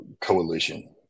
coalition